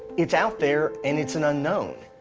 it's out there, and it's an unknown.